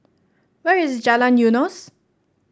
where is Jalan Eunos